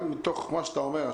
גם מתוך מה שאתה אומר,